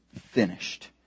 finished